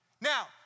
Now